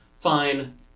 fine